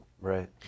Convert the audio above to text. Right